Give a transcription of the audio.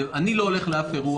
אני לא הולך לאף אירוע.